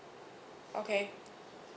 okay